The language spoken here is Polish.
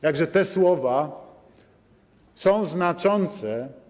Jakże te słowa są znaczące.